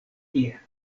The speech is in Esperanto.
tie